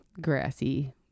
grassy